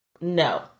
No